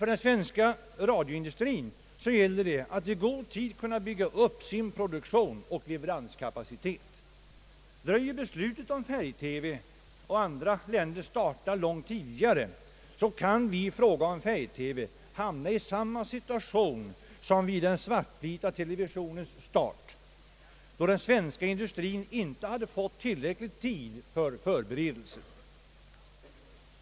För den svenska radioindustrien gäller det att i god tid kunna bygga upp sin produktion och leveranskapacitet. Dröjer beslutet om färg TV och andra länder startar långt tidigare kan vi i fråga om färg-TV hamna i samma situation som vid den svartvita televisionens start då den svenska industrien inte hade fått tillräcklig tid för förberedelser.